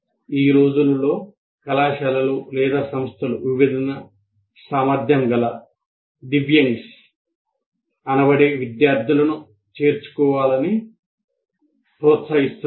ఈ రోజుల్లో కళాశాలలు సంస్థలు విభిన్న సామర్థ్యం గల దివ్యంగ్స్ అనబడే విద్యార్థులను చేర్చుకోవాలని ప్రోత్సహిస్తున్నాయి